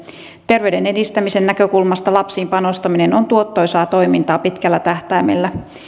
terveyden edistämisen näkökulmasta lapsiin panostaminen on tuottoisaa toimintaa pitkällä tähtäimellä